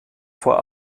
vor